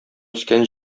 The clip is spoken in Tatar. үскән